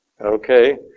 Okay